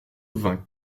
vingt